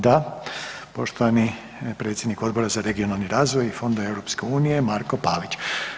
Da, poštovani predsjednik Odbora za regionalni razvoj i fondova EU, Marko Pavić.